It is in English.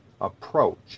approach